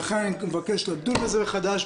לכן אני מבקש לדון בזה מחדש,